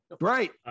Right